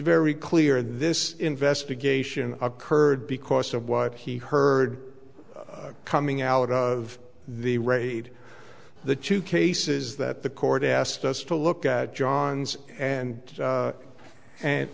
very clear this investigation occurred because of what he heard coming out of the raid the two cases that the court asked us to look at johns and and and